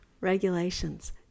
regulations